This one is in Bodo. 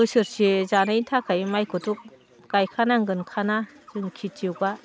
बोसोरसे जानायनि थाखाय माइखौथ' गायखानांखागोनना जों खेथियकआ